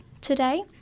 today